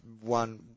one